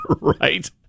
right